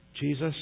Jesus